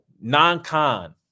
non-con